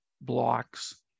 blocks